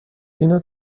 اینو